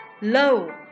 Low